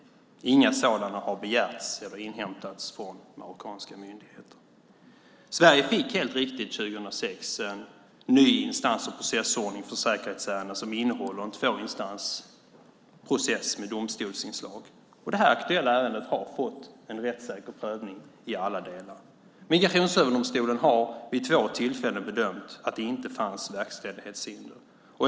Inga sådana har begärts eller inhämtats från marockanska myndigheter. År 2006 fick Sverige, helt riktigt, en ny instans och processordning för säkerhetsärenden som innehåller en tvåinstansprocess med domstolsinslag. Det aktuella ärendet har fått en rättssäker prövning i alla delar. Migrationsöverdomstolen har vid två tillfällen bedömt att det inte fanns verkställighetshinder.